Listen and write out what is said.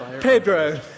Pedro